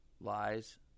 lies